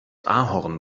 ahorn